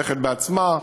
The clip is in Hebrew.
הולכת בעצמה,